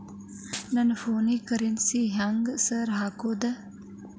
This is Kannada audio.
ನನ್ ಫೋನಿಗೆ ಕರೆನ್ಸಿ ಹೆಂಗ್ ಸಾರ್ ಹಾಕೋದ್?